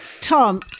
Tom